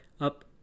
up